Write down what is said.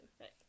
Right